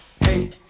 hey